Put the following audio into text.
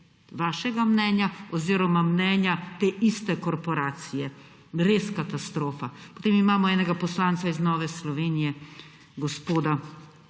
vašega mnenja oziroma mnenja te iste korporacije. Res katastrofa. Potem imamo enega poslanca iz Nove Slovenije, gospoda